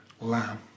lamb